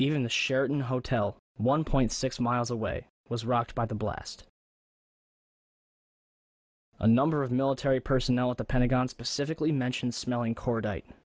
even the sheraton hotel one point six miles away was rocked by the blast a number of military personnel at the pentagon specifically mentioned smelling